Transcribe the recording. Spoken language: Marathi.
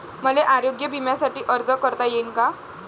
मले आरोग्य बिम्यासाठी अर्ज करता येईन का?